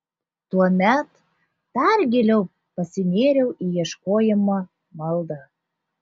tuomet dar giliau pasinėriau į ieškojimą maldą